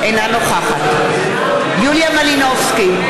אינה נוכחת יוליה מלינובסקי,